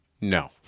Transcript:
No